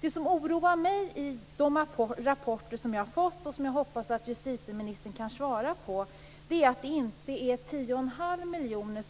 Det som oroar mig i de rapporter som jag har fått och som jag hoppas att justitieministern kan reda ut är att det inte är 10 1⁄2 miljon